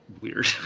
weird